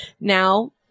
Now